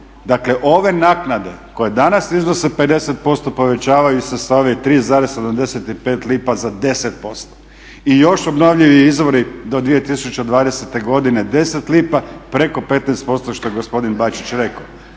Dakle, ove naknade koje danas iznose 50% povećavaju se sa ove 3,75 lipa za 10%. I još su obnovljivi izvori do 2020. godine 10 lipa, preko 15% što je gospodin Bačić rekao.